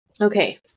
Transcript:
Okay